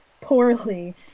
poorly